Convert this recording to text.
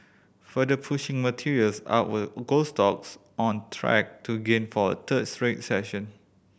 further pushing materials up were gold stocks on track to gain for a third straight session